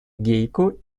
гейку